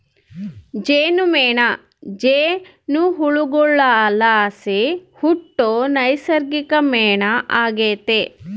ಜೇನುಮೇಣ ಜೇನುಹುಳುಗುಳ್ಲಾಸಿ ಹುಟ್ಟೋ ನೈಸರ್ಗಿಕ ಮೇಣ ಆಗೆತೆ